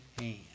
hand